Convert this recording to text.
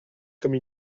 comme